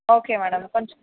okay madam కొంచెం